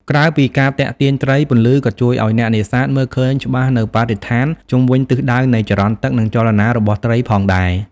ក្រៅពីការទាក់ទាញត្រី ពន្លឺក៏ជួយឱ្យអ្នកនេសាទមើលឃើញច្បាស់នូវបរិស្ថានជុំវិញទិសដៅនៃចរន្តទឹក និងចលនារបស់ត្រីផងដែរ។